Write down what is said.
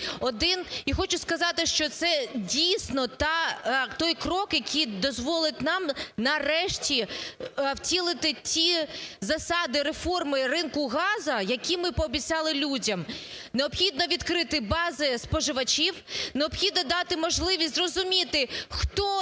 хочу сказати, що це дійсно той крок, який дозволить нам нарешті втілити ті засади, реформи ринку газу, які ми пообіцяли людям. Необхідно відкрити бази споживачів, необхідно дати можливість зрозуміти, хто отримує